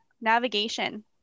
navigation